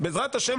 בעזרת השם,